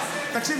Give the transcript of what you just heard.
תקשיב,